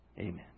Amen